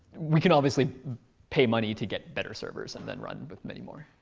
we can obviously pay money to get better servers and then run with many more.